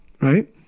right